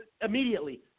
Immediately